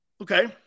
Okay